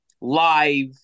live